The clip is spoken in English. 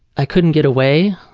i couldn't get away.